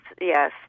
yes